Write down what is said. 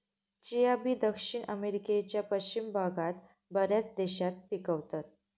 chia बी दक्षिण अमेरिकेच्या पश्चिम भागात बऱ्याच देशात पिकवतत